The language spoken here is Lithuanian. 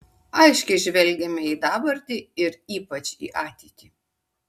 aiškiai žvelgiame į dabartį ir ypač į ateitį